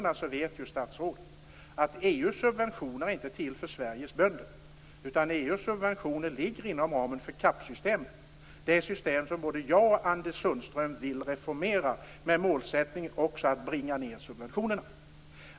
Statsrådet vet ju att EU:s subventioner inte är till för Sveriges bönder utan EU:s subventioner ligger inom ramen för CAP-systemet, det system som både jag och Anders Sundström vill reformera med målsättning att också bringa ned subventionerna.